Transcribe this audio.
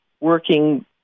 working